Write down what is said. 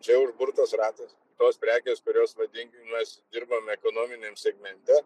čia užburtas ratas tos prekės kurios vadinkim mes dirbam ekonominiam segmente